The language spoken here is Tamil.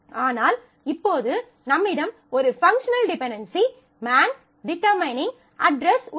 ஆனால் இப்போது நம்மிடம் ஒரு functional dependency man determining address உள்ளது